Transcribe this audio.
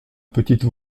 petite